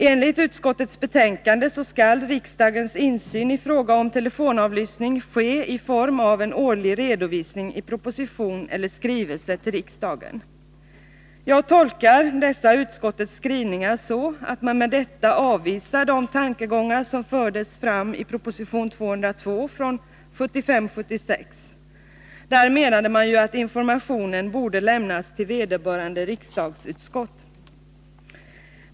Enligt utskottets betänkande skall riksdagens insyn i fråga om telefonavlyssning ske i form av en årlig redovisning i proposition eller skrivelse till riksdagen. Jag tolkar utskottets skrivning så, att man avvisar de tankegångar som fördes fram i proposition 202 från 1975/76 om att informationen borde lämnas till vederbörande riksdagsutskott.